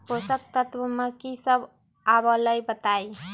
पोषक तत्व म की सब आबलई बताई?